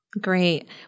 Great